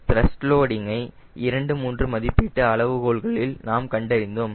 thrust லோடிங்கை இரண்டு மூன்று மதிப்பீட்டு அளவுகோள்களில் நாம் கண்டறிந்தோம்